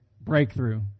breakthrough